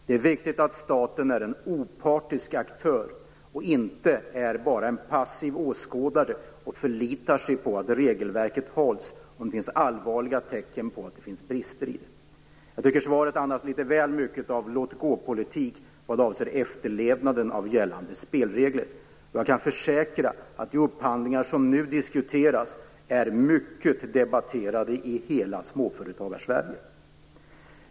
Det är viktigt att staten är en opartisk aktör och inte bara en passiv åskådare som förlitar sig på att regelverket efterlevs, om det finns allvarliga tecken på brister i det. Svaret andas litet väl mycket låt-gåpolitik vad avser efterlevnaden av gällande spelregler. Jag kan försäkra att de upphandlingar som nu diskuteras är mycket debatterade i hela Småföretagarsverige.